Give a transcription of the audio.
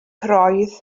roedd